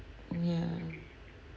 ya